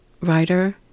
writer